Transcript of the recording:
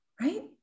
Right